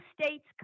state's